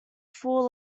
full